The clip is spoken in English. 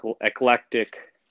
eclectic